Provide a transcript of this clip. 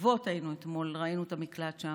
היינו אתמול בנתיבות, ראינו את המקלט שם.